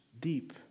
deep